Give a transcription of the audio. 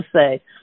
say